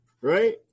right